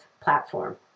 platform